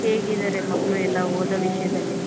ಹೇಗಿದ್ದಾರೆ ಮಕ್ಕಳು ಎಲ್ಲ ಓದೋ ವಿಷಯದಲ್ಲಿ